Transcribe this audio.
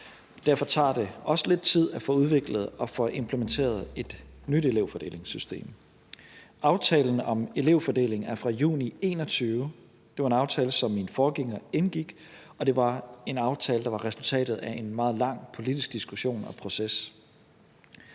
Derfor tager det også lidt tid at få udviklet og få implementeret et nyt elevfordelingssystem. Aftalen om elevfordeling er fra juli 2021. Det var en aftale, som min forgænger indgik, og det var en aftale, der var resultatet af en meget lang politisk diskussion og proces.